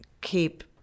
keep